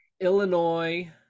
Illinois